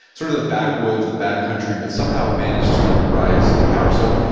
sort of the backwoods, the back country, but somehow it managed to rise to power. so,